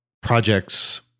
projects